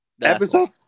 Episode